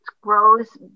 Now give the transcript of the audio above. grows